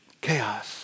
Chaos